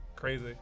Crazy